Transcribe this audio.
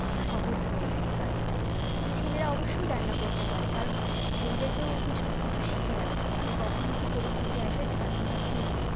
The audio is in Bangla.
খুব সহজ হয়ে যায় কাজটা ছেলেরা অবশ্যই রান্না করতে পারে কারণ ছেলেদেরকেও উচিত সব কিছু শিখে রাখা কারণ কখন কি পরিস্থিতি আসে তার কোনো ঠিক নেই